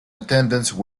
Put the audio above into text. attendance